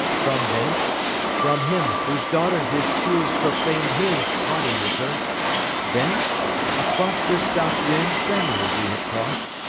from thence from him whose daughter his tears proclaim'd his, parting with her thence a prosperous south-wind friendly, we have cross'd,